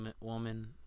woman